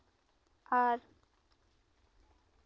ᱟᱨ